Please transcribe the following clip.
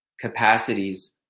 capacities